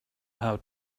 how